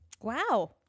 wow